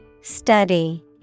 Study